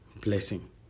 blessing